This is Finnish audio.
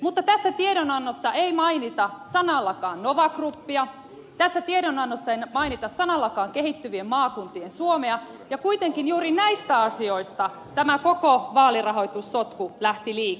mutta tässä tiedonannossa ei mainita sanallakaan nova groupia tässä tiedonannossa ei mainita sanallakaan kehittyvien maakuntien suomea ja kuitenkin juuri näistä asioista tämä koko vaalirahoitussotku lähti liikkeelle